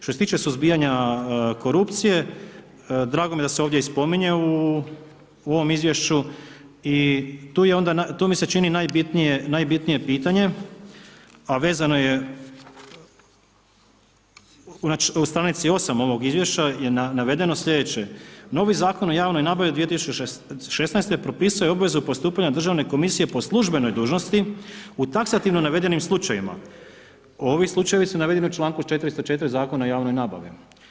Što se tiče suzbijanja korupcije, drago mi je da se ovdje i spominju u ovom izvješću i tu mi se čini najbitnije pitanje, a vezano je na stranici 8 ovog izvješća je navedeno sljedeće, novi Zakon o javnoj nabavi od 2016. propisuje obvezu postupanja državne komisije po službenoj dužnosti u taksativno navedenim slučajevima, ovi slučajevi su navedeni u čl. 404 Zakona o javnoj nabavi.